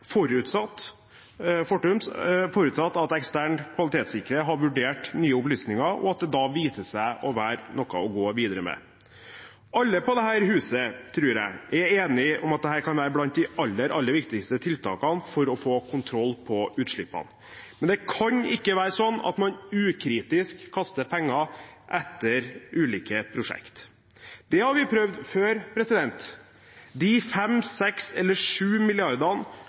forutsatt at ekstern kvalitetssikrer har vurdert nye opplysninger, og at det da viser seg å være noe å gå videre med. Alle på dette huset, tror jeg, er enige om at dette kan være blant de aller, aller viktigste tiltakene for å få kontroll på utslippene. Men det kan ikke være sånn at man ukritisk kaster penger etter ulike prosjekt. Det har vi prøvd før. De